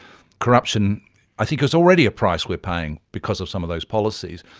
corruption i think is already a price we are paying because of some of those policies,